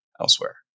elsewhere